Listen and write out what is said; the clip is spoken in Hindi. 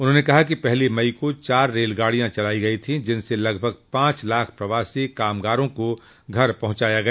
उन्होंने कहा कि पहली मई को चार रेलगाडियां चलाई गई थीं जिनसे लगभग पांच लाख प्रवासी कामगारों को घर पहुंचाया गया